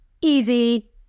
easy